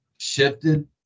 shifted